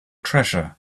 treasure